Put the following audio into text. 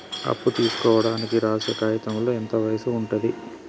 అప్పు తీసుకోనికి రాసే కాయితంలో ఎంత వయసు ఉంటది?